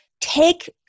take